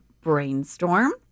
Brainstorm